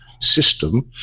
System